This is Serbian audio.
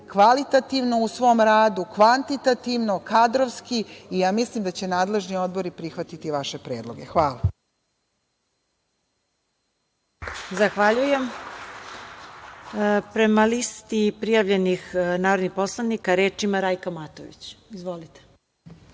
kvalitativno u svom rad, kvantitativno, kadrovski i mislim da će nadležni odbori prihvatiti vaše predloge. Hvala. **Ivica Dačić** Zahvaljujem. Prema listi prijavljenih narodni poslanika reč ima Rajka Matović. Izvolite.